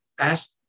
Ask